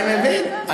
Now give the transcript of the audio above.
אני מבין,